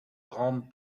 grande